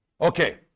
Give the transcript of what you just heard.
Okay